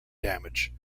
damage